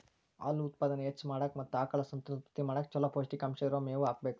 ಹಾಲು ಉತ್ಪಾದನೆ ಹೆಚ್ಚ್ ಮಾಡಾಕ ಮತ್ತ ಆಕಳ ಸಂತಾನೋತ್ಪತ್ತಿ ಮಾಡಕ್ ಚೊಲೋ ಪೌಷ್ಟಿಕಾಂಶ ಇರೋ ಮೇವು ಹಾಕಬೇಕು